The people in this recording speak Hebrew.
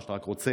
מה שאתה רק רוצה,